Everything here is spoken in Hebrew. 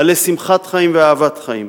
מלא שמחת חיים ואהבת חיים,